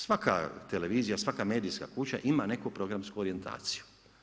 Svaka televizija, svaka medijska kuća ima neku programsku orijentaciju.